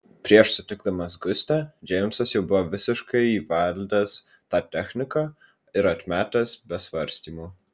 prieš sutikdamas gustę džeimsas jau buvo visiškai įvaldęs tą techniką ir atmetęs be svarstymų